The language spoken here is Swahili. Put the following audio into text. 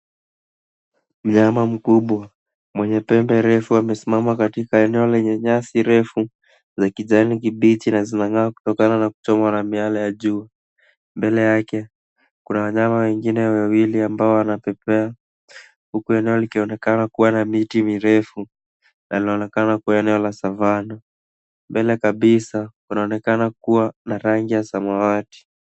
Mnyama mkubwa mwenye pembe refu amesimama katika eneo lenye nyasi refu za kijani kibichi na zinang'aa kutokana na kuchomwa na miale ya jua. Mbele yake kuna wanyama wengine wawili ambao wanapepea huku eneo likionekana kuwa na miti mirefu na linaonekana kwa eneo la savanna. Mbele kanisa kunaonekana kuwa na rangi ya samawati.